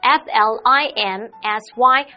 flimsy